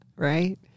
Right